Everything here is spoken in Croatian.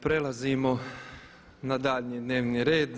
Prelazimo na daljnji dnevni red.